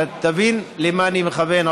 ותבין למה אני מכוון.